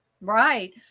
Right